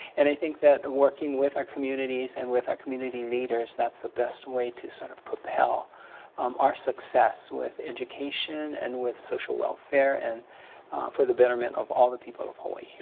and i think that working with our communities and with our community leaders, that's the best way to sort of propel um our success with education and with social welfare and for the betterment of all the people of hawai'i.